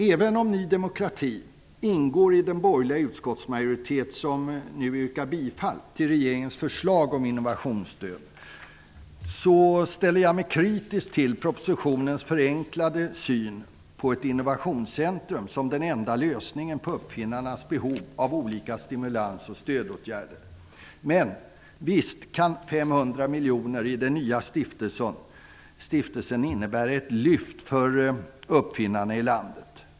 Även om Ny demokrati ingår i den borgerliga utskottsmajoritet som nu tillstyrker regeringens förslag om innovationsstöd, ställer jag mig kritisk till den förenklade synen i propositionen på Innovationscentrum som den enda lösningen på uppfinnarnas behov av olika stimulans och stödåtgärder. Visst kan 500 miljoner i den nya stiftelsen innebära ett lyft för uppfinnarna i landet.